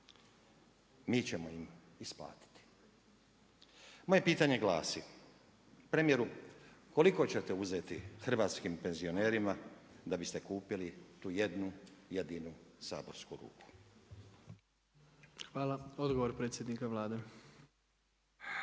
Mi ćemo im isplatiti. Moje pitanje glasi, premijeru koliko ćete uzeti hrvatskim penzionerima da biste kupili tu jednu jedinu saborsku ruku? **Jandroković, Gordan